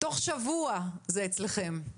"תוך שבוע זה אצלכם",